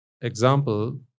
example